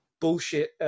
bullshit